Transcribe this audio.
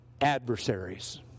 adversaries